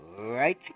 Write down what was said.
right